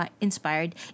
inspired